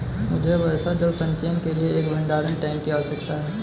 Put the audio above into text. मुझे वर्षा जल संचयन के लिए एक भंडारण टैंक की आवश्यकता है